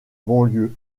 banlieue